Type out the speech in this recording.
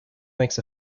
makes